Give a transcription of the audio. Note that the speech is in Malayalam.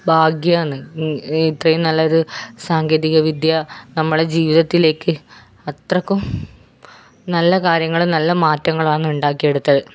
ഭാഗ്യമാണ് ഇത്രയും നല്ലൊരു സാങ്കേതികവിദ്യ നമ്മളുടെ ജീവിതത്തിലേക്ക് അത്രക്കും നല്ല കാര്യങ്ങളും നല്ല മാറ്റങ്ങളാണ് ഉണ്ടാക്കിയെടുത്തത്